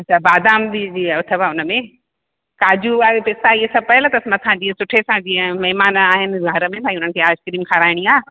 अच्छा बादाम बि जी अथव हुनमें काजू ऐं पिस्ता इहे सभु पियल अथस मथां जीअं सुठे सां जीअं महिमान आया आहिनि घर में न हुननि खे आइसक्रीम खाराइणी आहे